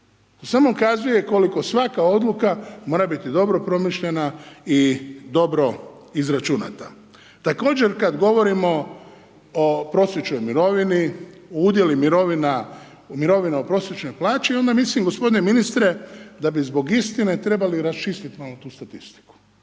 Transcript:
samo kazuje koliko svaka odluka mora biti dobro promišljena i dobro izračunata. Također, kad govorimo o prosječnoj mirovini, o udjelu mirovina u prosječnoj plaći, onda mislim gospodine ministre, da bi zbog istine trebali raščistiti malo tu statistiku.